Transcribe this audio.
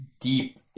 deep